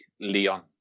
Leon